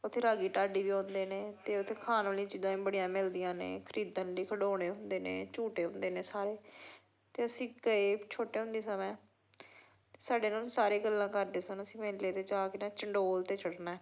ਉੱਥੇ ਰਾਗੀ ਢਾਡੀ ਵੀ ਆਉਂਦੇ ਨੇ ਅਤੇ ਉੱਥੇ ਖਾਣ ਵਾਲੀਆਂ ਚੀਜ਼ਾਂ ਬੜੀਆਂ ਮਿਲਦੀਆਂ ਨੇ ਖਰੀਦਣ ਲਈ ਖਿਡੌਣੇ ਹੁੰਦੇ ਨੇ ਝੂਟੇ ਹੁੰਦੇ ਨੇ ਸਾਰੇ ਅਤੇ ਅਸੀਂ ਗਏ ਛੋਟੀ ਹੁੰਦੀ ਸਾਂ ਮੈਂ ਸਾਡੇ ਨਾਲ ਸਾਰੇ ਗੱਲਾਂ ਕਰਦੇ ਸਨ ਅਸੀਂ ਮੇਲੇ 'ਤੇ ਜਾ ਕੇ ਨਾ ਚੰਡੋਲ 'ਤੇ ਚੜ੍ਹਨਾ